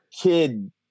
kid